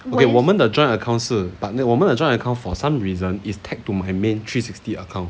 okay 我们的 join account 是 but 我们的 join account for some reason is tagged to my main three sixty account